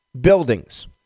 buildings